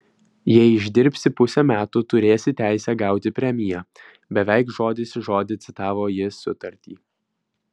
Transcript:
jei išdirbsi pusę metų turėsi teisę gauti premiją beveik žodis į žodį citavo jis sutartį